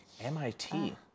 MIT